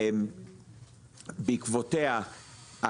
בעקבותיה,